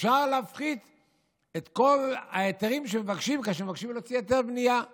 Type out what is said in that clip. אפשר להפחית את כל ההיתרים שמבקשים כאשר מבקשים להוציא היתר בנייה.